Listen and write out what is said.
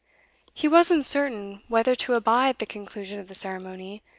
he was uncertain whether to abide the conclusion of the ceremony,